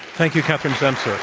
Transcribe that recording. thank you, catherine semcer,